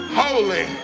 holy